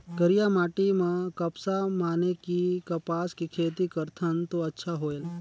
करिया माटी म कपसा माने कि कपास के खेती करथन तो अच्छा होयल?